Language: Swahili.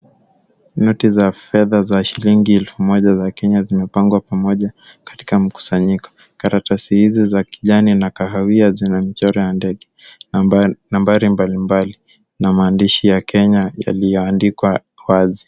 Noti za fedha za shilingi elfu moja za Kenya zimepangwa pamoja katika mkusanyiko. Karatasi hizi za kijani na kahawia zina mchoro wa ndege na nambari mbalimbali. Na maandishi ya Kenya yaliyoandikwa wazi.